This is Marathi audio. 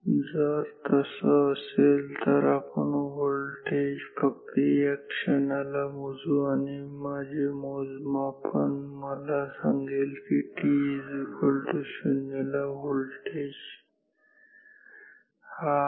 जर तसं असेल तर आपण हा व्होल्टेज फक्त याच क्षणाला मोजू आणि माझे मोजमापन मला सांगेल की t0 ला हा व्होल्टेज आहे